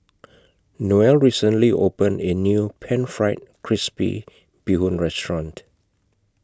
Noel recently opened A New Pan Fried Crispy Bee Hoon Restaurant